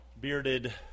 bearded